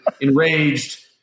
enraged